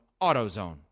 AutoZone